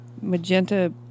magenta